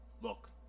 look